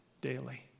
daily